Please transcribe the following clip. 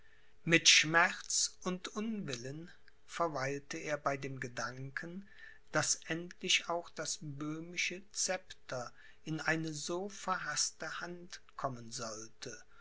mit schmerz und unwillen verweilte er bei dem gedanken daß endlich auch das böhmische szepter in eine so verhaßte hand kommen sollte